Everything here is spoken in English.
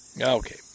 Okay